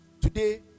today